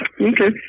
Okay